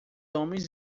homens